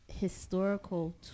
historical